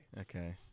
Okay